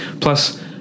plus